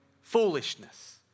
foolishness